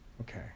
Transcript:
Okay